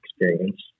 experience